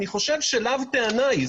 אני חושב שלאו טענה היא.